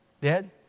dead